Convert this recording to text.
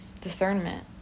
discernment